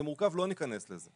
זה מורכב ולא ניכנס לזה.